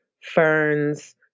ferns